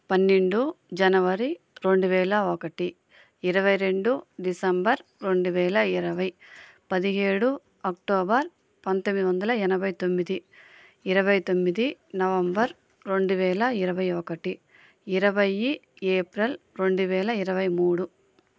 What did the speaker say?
పన్నెండు జనవరి రెండు వేల ఒకటి ఇరవై రెండు డిసెంబర్ రెండు వేల ఇరవై పదిహేడు అక్టోబర్ పంతొమ్మిది వందల ఎనభై తొమ్మిది ఇరవై తొమ్మిది నవంబర్ రెండు వేల ఇరవై ఒకటి ఇరవై ఏప్రిల్ రెండు వేల ఇరవై మూడు